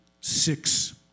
six